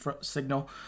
signal